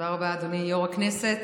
תודה רבה, אדוני יו"ר הישיבה.